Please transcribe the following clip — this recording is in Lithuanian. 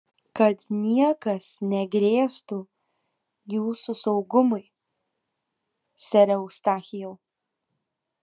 kad niekas negrėstų jūsų saugumui sere eustachijau